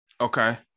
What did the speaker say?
Okay